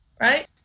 Right